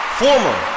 former